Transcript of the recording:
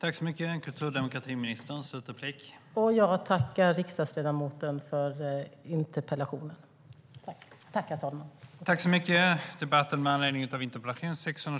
STYLEREF Kantrubrik \* MERGEFORMAT Svar på interpellationerÖverläggningen var härmed avslutad.